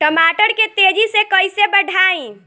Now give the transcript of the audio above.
टमाटर के तेजी से कइसे बढ़ाई?